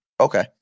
Okay